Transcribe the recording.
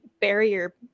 barrier